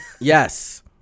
Yes